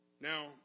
Now